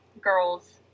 girl's